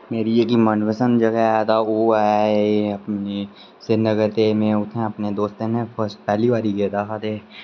मेरी जेह्की मनपसंद जगह ऐ तां ओह् ऐ श्रीनगर ते में उत्थै अपने दोस्तें कन्नै पैह्ली बारी गेदा हा ते